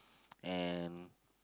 and